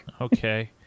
Okay